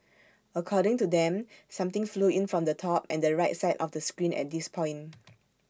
according to them something flew in from the top and the right side of the screen at this point